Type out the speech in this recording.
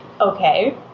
okay